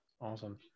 awesome